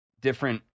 different